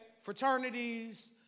fraternities